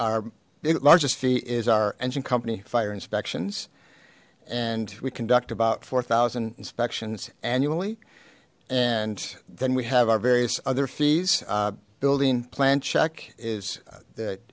our largest fee is our engine company fire inspections and we conduct about four thousand inspections annually and then we have our various other fees building plan check is th